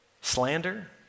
Slander